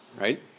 Right